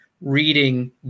reading